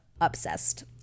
obsessed